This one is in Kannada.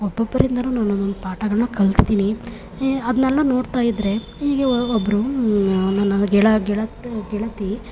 ಒಬ್ಬೊಬ್ಬರಿಂದಲೂ ನಾನು ಒನ್ನೊಂದು ಪಾಠಗಳ್ನ ಕಲ್ತಿದೀನಿ ಅದನ್ನೆಲ್ಲ ನೋಡ್ತಾಯಿದ್ದರೆ ಹೀಗೆ ಒಬ್ಬರು ನನ್ನ ಗೆಳ ಗೆಳತಿ ಗೆಳತಿ